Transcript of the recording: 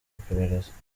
iperereza